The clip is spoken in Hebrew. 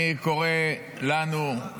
אני קורא לנו,